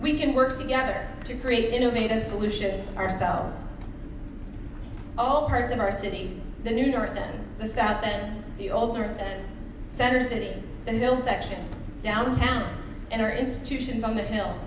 we can work together to create innovative solutions ourselves all parts of our city the new york the south and the older center city the hill section downtown and our institutions on the hill